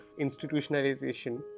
institutionalization